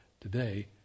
today